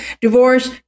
divorce